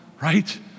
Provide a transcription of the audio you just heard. right